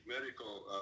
medical